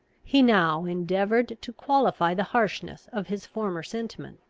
he now endeavoured to qualify the harshness of his former sentiments.